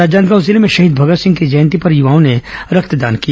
राजनांदगांव जिले में शहीद भगत सिंह की जयंती पर युवाओं ने रक्तदान किया